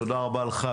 תודה רבה לך,